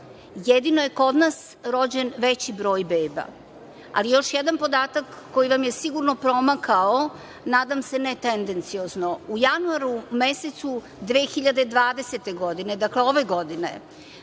Jedino je kod nas rođen veći broj beba. Još jedan podatak koji vam je sigurno promakao, nadam se ne tendenciozno. U januaru mesecu 2020. godine, dakle ove godine,